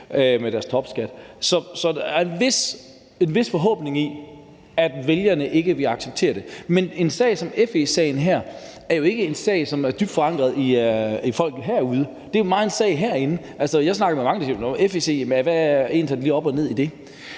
med deres topskat. Så der er en vis forhåbning i, at vælgerne ikke vil acceptere det. Men en sag som FE-sagen her er jo ikke en sag, som er dybt forankret i folk derude. Det er jo en sag, der handler om noget herinde. Jeg snakker med mange, der spørger, hvad der er op og ned i